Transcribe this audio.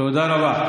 תודה רבה.